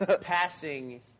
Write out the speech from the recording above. passing